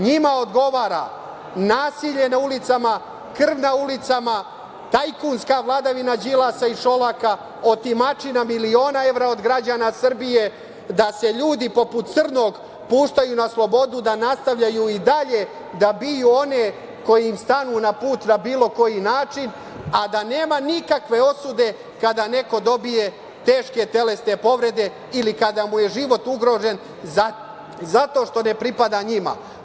Njima odgovara nasilje na ulicama, krv na ulicama, tajkunska vladavina Đilasa i Šolaka, otimačina miliona evra od građana Srbije, da se ljudi poput Crnog puštaju na slobodu, da nastavljaju i dalje da biju one koji im stanu na put na bilo koji način, a da nema nikakve osude kada neko dobije teške telesne povrede ili kada mu je život ugrožen zato što ne pripada njima.